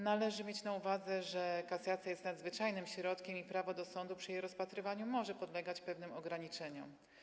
Należy mieć na uwadze, że kasacja jest nadzwyczajnym środkiem i prawo do sądu przy jej rozpatrywaniu może podlegać pewnym ograniczeniom.